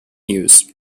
hughes